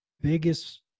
biggest